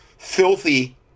filthy